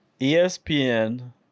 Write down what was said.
ESPN